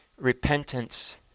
repentance